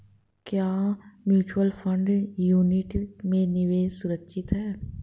क्या mutual fund unit में निवेश सुरक्षित है?